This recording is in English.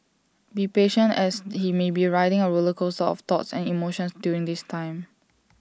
be patient as he may be riding A roller coaster of thoughts and emotions during this time